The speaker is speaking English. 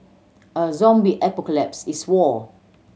a zombie apocalypse is war